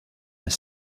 his